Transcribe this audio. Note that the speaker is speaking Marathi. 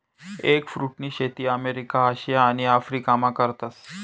एगफ्रुटनी शेती अमेरिका, आशिया आणि आफरीकामा करतस